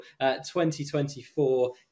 2024